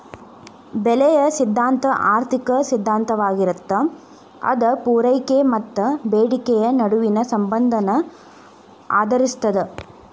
ಬೆಲೆಯ ಸಿದ್ಧಾಂತ ಆರ್ಥಿಕ ಸಿದ್ಧಾಂತವಾಗಿರತ್ತ ಅದ ಪೂರೈಕೆ ಮತ್ತ ಬೇಡಿಕೆಯ ನಡುವಿನ ಸಂಬಂಧನ ಆಧರಿಸಿರ್ತದ